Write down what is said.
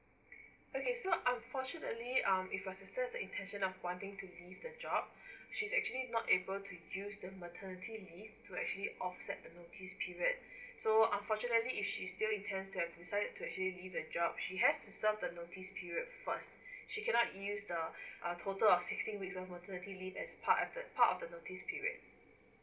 okay so unfortunately um if your sister has the intention of wanting to leave the job she's actually not able to use the maternity leave to actually offset the notice period so unfortunately if she still intend to have decide to actually leave the job she has to serve the notice period first she cannot use the uh total of sixteen week of maternity leave as part of the part of the notice period